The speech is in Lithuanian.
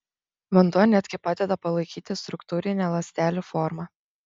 vanduo net gi padeda palaikyti struktūrinę ląstelių formą